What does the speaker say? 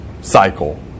cycle